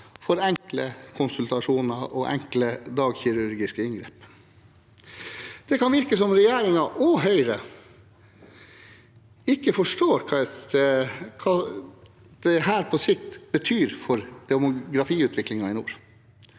for enkle konsultasjoner og enkle dagkirurgiske inngrep? Det kan virke som regjeringen og Høyre ikke forstår hva dette betyr for demografiutviklingen i nord